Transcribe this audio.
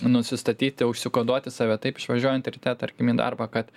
nusistatyti užsikoduoti save taip išvažiuojant ryte tarkim į darbą kad